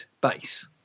base